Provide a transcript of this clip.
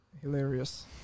hilarious